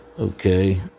Okay